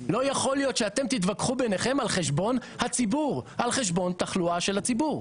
לא יכול להיות שאתם תתווכחו ביניכם על חשבון תחלואה של הציבור,